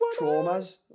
traumas